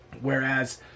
whereas